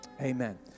Amen